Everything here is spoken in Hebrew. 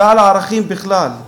ועל הערכים בכלל.